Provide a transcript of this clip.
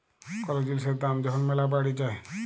call জিলিসের দাম যখল ম্যালা বাইড়ে যায়